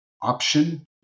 option